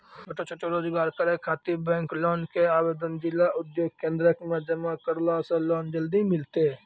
छोटो छोटो रोजगार करै ख़ातिर बैंक लोन के आवेदन जिला उद्योग केन्द्रऽक मे जमा करला से लोन जल्दी मिलतै?